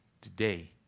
today